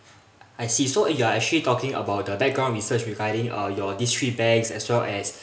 I see so you are actually talking about the background research regarding uh your this three banks as well as